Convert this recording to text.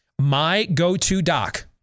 mygotodoc